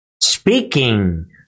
Speaking